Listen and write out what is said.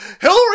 hillary